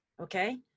Okay